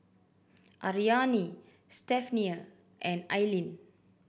Ariane Stephania and Aileen